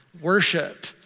Worship